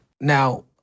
Now